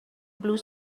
blue